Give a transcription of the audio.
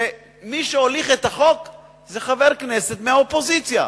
שמי שהוליך את החוק זה חבר כנסת מהאופוזיציה.